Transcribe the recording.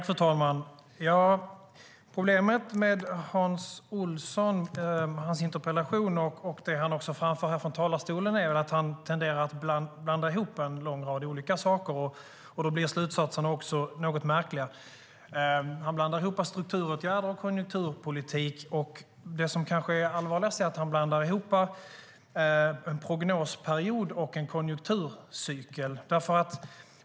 Fru talman! Problemet med Hans Olssons interpellation och det han också framför från talarstolen är att han tenderar att blanda ihop en lång rad olika saker, och då blir slutsatserna också något märkliga. Han blandar ihop att strukturåtgärder och konjunkturpolitik, och det som kanske är allvarligast är att han blandar ihop en prognosperiod och en konjunkturcykel.